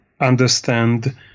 understand